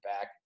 back